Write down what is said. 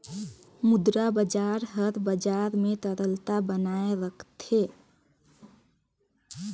मुद्रा बजार हर बजार में तरलता बनाए राखथे